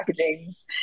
packagings